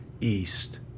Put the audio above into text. east